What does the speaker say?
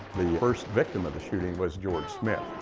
the first victim of the shooting was george smith.